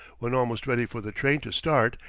when almost ready for the train to start,